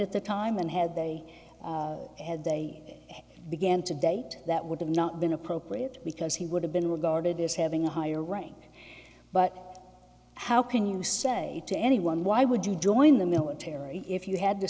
at the time and had they had they began to date that would have not been appropriate because he would have been regarded as having a higher rank but how can you say to anyone why would you join the military if you had to